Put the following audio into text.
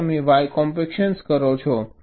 પછી તમે y compaction કરો છો